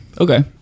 Okay